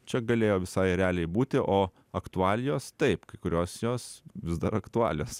čia galėjo visai realiai būti o aktualijos taip kai kurios jos vis dar aktualios